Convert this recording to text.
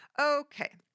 Okay